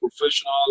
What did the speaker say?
professional